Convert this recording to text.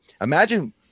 imagine